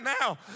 now